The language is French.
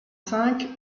cinq